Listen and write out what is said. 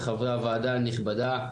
לחברי הוועדה הנכבדה.